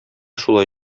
шулай